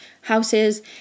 houses